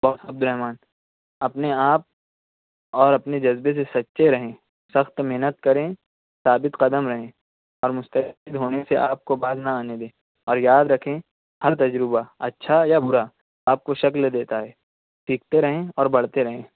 اور عبدالرحمٰن اپنے آپ اور اپنے جذبے سے سچے رہیں سخت محنت کریں ثابت قدم رہیں اور مستفید ہونے سے آپ کو باز نہ آنے دیں اور یاد رکھیں ہر تجربہ اچھا یا برا آپ کو شکل دیتا ہے سیکھتے رہیں اور بڑھتے رہیں